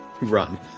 run